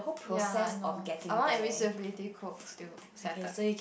ya I know I want invisibility cloak still settled